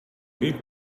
need